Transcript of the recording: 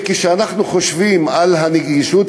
וכשאנחנו חושבים על הנגישות,